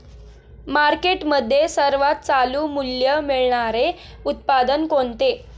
मार्केटमध्ये सर्वात चालू मूल्य मिळणारे उत्पादन कोणते?